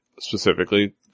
specifically